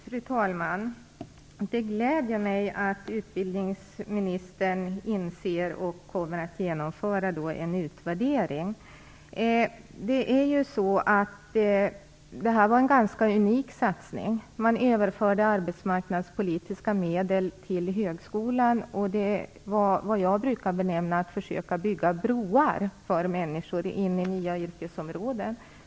Fru talman! Det gläder mig att utbildningsministern kommer att genomföra en utvärdering. Det var en ganska unik satsning. Man överförde arbetsmarknadspolitiska medel till högskolan. Det var vad jag brukar benämna att försöka bygga broar för människor in i nya yrkesområden.